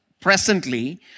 presently